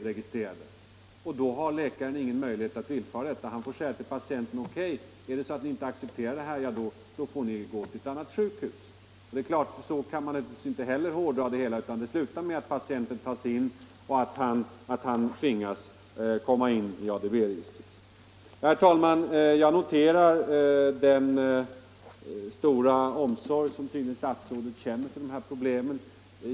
Läkaren har då ingen möjlighet att villfara detta önskemål, utan han får svara patienten: ”OK, men om ni inte accepterar detta får ni gå till ett annat sjukhus.” Så kan man naturligtvis inte hårdra principen, utan det slutar ofta med att patienten tas in på sjukhuset och att uppgifterna om honom registreras i ADB-registret. Herr talman! Jag noterar det ansvar som statsrådet tydligen känner för de här problemen.